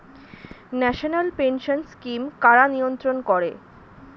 National pension scheme কারা নিয়ন্ত্রণ করে?